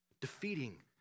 defeating